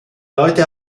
leute